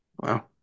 Wow